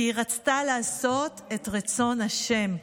כי היא רצתה לעשות את רצון השם,